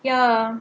ya